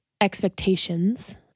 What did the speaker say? expectations